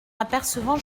apercevant